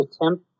attempt